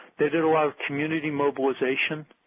they did community mobilization,